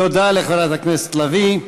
תודה לחברת הכנסת עליזה לביא.